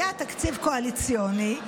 היה תקציב קואליציוני,